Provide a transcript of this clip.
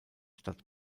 stadt